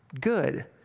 Good